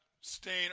stain